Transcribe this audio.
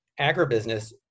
agribusiness